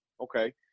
Okay